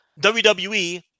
WWE